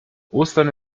ostern